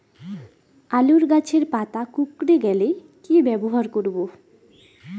আলুর গাছের পাতা কুকরে গেলে কি ব্যবহার করব?